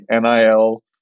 NIL